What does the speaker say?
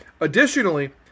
Additionally